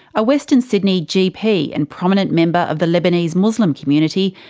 a western sydney gp and prominent member of the lebanese muslim community,